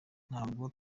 ntabwo